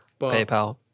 PayPal